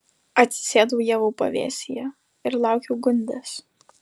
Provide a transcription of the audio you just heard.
atsisėdau ievų pavėsyje ir laukiau gundės